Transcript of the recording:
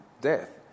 death